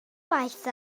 waith